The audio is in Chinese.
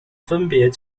分别